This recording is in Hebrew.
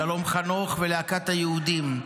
שלום חנוך ולהקת היהודים.